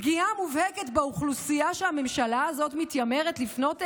פגיעה מובהקת באוכלוסייה שהממשלה הזאת מתיימרת לפנות אליה.